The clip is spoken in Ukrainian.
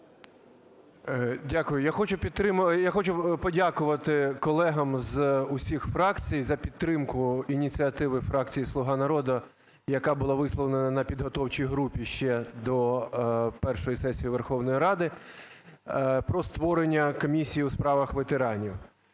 Дякую. Я хочу подякувати колегам з усіх фракцій за підтримку ініціативи фракції "Слуга народу", яка була висловлена на підготовчій групі ще до першої сесії Верховної Ради, про створення Комісії у справах ветеранів.